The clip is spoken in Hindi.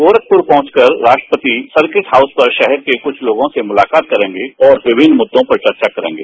गोरखपुर पहुंचकर राष्ट्रपति सर्किट हाउस पर शहर के कुछ लोगों से मुलाकात करेंगे और विभिन्न मुद्दों पर चर्चा करेंगे